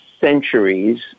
centuries